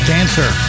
Dancer